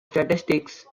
statistics